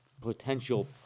Potential